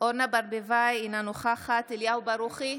אורנה ברביבאי, אינה נוכחת אליהו ברוכי,